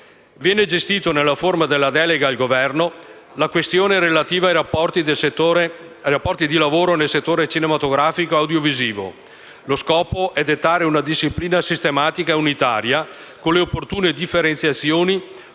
Viene gestita nella forma della delega al Governo la questione relativa ai rapporti di lavoro nel settore cinematografico e audiovisivo. Lo scopo è dettare una disciplina sistematica e unitaria, con le opportune differenziazioni